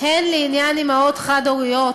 הן לעניין אימהות חד-הוריות